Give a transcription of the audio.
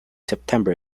september